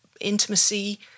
intimacy